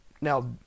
Now